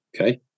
Okay